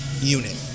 unit